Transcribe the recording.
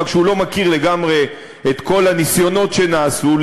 רק שהוא לא מכיר לגמרי את כל הניסיונות שנעשו,